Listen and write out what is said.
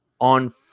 on